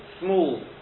small